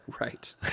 Right